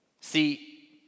See